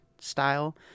style